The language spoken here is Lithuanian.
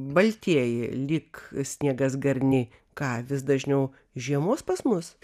baltieji lyg sniegas garniai ką vis dažniau žiemos pas mus